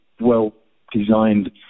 well-designed